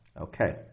Okay